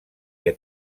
que